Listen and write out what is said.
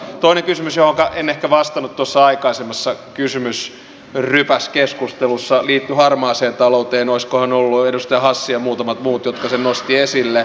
toinen kysymys johonka en ehkä vastannut tuossa aikaisemmassa kysymysrypäskeskustelussa liittyi harmaaseen talouteen olisikohan ollut edustaja hassi ja muutamat muut jotka sen nostivat esille